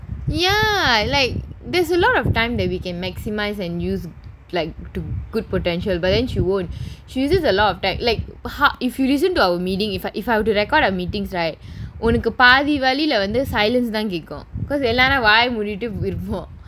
ya like there's a lot of time that we can maximise and use like to good potential but then she would she uses a lot type like how if you listen to our meeting if I if I were to record of meetings right ஒனக்கு பாதி வழியல வந்து:onakku paathi valiyila vanthu silence தான் கேக்கும்:thaan kekkum because எல்லாரும் வாய மூடிட்டு இருப்போம்:ellaarum vaaya moodittu iruppom